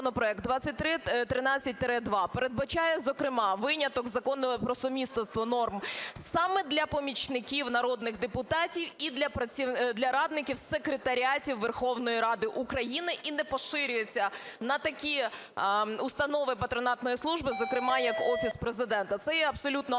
2313-2 передбачає, зокрема виняток з Закону про сумісництво норм саме для помічників народних депутатів і для радників секретаріатів Верховної Ради України, і не поширюється на такі установи патронатної служби, зокрема як Офіс Президента. Це є абсолютно адекватний